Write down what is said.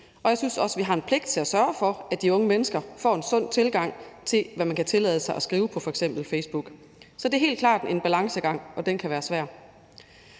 og jeg synes også, vi har en pligt til at sørge for, at de unge mennesker får en sund tilgang til, hvad man kan tillade sig at skrive på f.eks. Facebook. Så det er helt klart en balancegang, og den kan være svær.